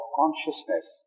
consciousness